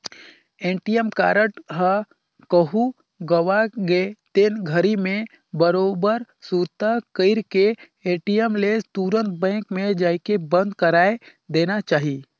ATM card ह कहूँ गवा गे तेन घरी मे बरोबर सुरता कइर के ए.टी.एम ले तुंरत बेंक मे जायके बंद करवाये देना चाही